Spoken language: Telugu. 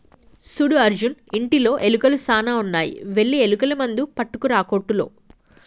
సూడు అర్జున్ ఇంటిలో ఎలుకలు సాన ఉన్నాయి వెళ్లి ఎలుకల మందు పట్టుకురా కోట్టులో